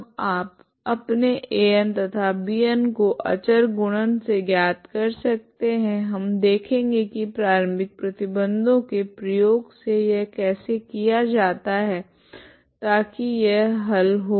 तब आप अपने An तथा Bn को अचर गुणन से ज्ञात कर सकते है हम देखेगे की प्रारम्भिक प्रतिबंधों के प्रयोग से यह कैसे किया जाता है ताकि यह हल हो